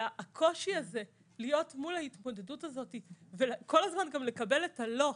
הקושי הזה להיות מול ההתמודדות הזאת וכל הזמן גם לקבל את ה"לא"